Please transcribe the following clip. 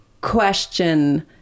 question